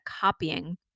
copying